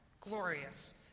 glorious